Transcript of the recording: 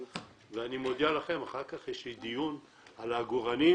אני מודיע לכם, אחר כך יש לי דיון על פיגומים